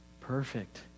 perfect